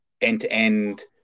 end-to-end